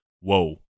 whoa